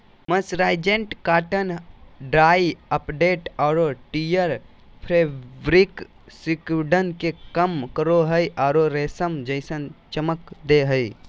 mercerised cotton dye uptake आरो tear fabric सिकुड़न के कम करो हई आरो रेशम जैसन चमक दे हई